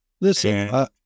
Listen